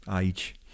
age